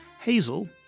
Hazel